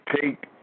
take